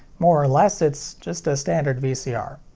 more or less it's just a standard vcr.